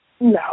No